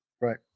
right